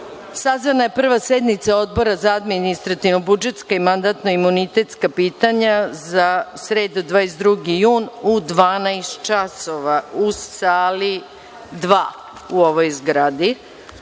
je prva sednica Odbora za administrativno-budžetska i mandatno-imunitetska pitanja za sredu 22. jun u 12,00 časova u sali dva u ovoj zgradi.